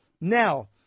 Now